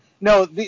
No